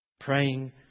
Praying